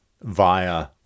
via